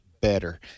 better